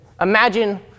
imagine